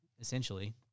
essentially